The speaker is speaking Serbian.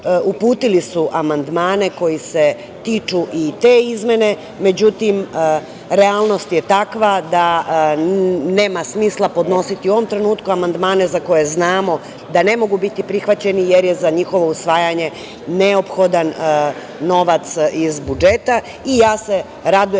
uputili su amandmane koji se tiču i te izmene , ali realnost je takva da nema smisla podnositi u ovom trenutku amandmane za koje znamo da ne mogu biti prihvaćeni, jer je za njihovo usvajanje neophodan novac iz budžeta i ja se radujem